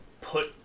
put